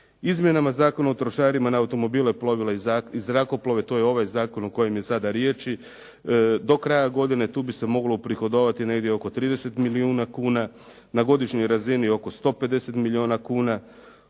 izmjenama Zakona o trošarina na automobile, zrakoplove, plovila to je ovaj zakon o kojem je sada riječ. Do kraja godine tu bi se moglo uprihodovati negdje oko 30 milijuna kuna, na godišnjoj razini oko 150 milijuna kuna.